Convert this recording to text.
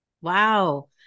Wow